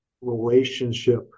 relationship